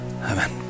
Amen